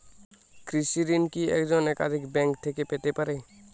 কৃষিঋণ কি একজন একাধিক ব্যাঙ্ক থেকে পেতে পারে?